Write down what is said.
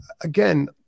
again